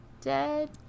dead